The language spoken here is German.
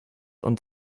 und